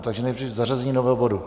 Takže nejdřív zařazení nového bodu.